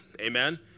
amen